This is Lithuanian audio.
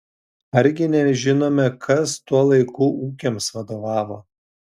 argi nežinome kas tuo laiku ūkiams vadovavo